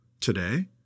today